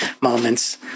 moments